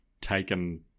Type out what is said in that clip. taken